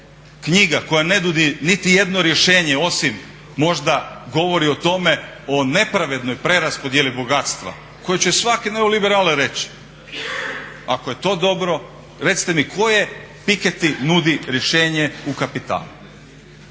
knjiga koja ne nudi niti jedno rješenje, osim možda govori o tome o nepravednoj preraspodjeli bogatstva koji će svaki neoliberal reći. Ako je to dobro recite mi koje piketty nudi rješenje u kapitalu?